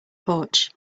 porch